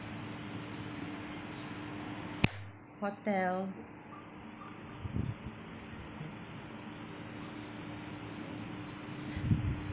hotel